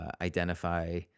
identify